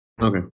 Okay